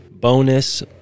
bonus